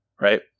right